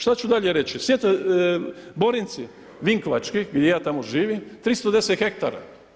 Šta ću dalje reći, Borinci, Vinkovački gdje ja tamo živim 310 hektara.